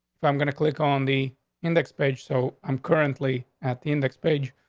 if i'm gonna click on the index page, so i'm currently at the index page.